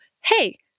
hey